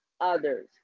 others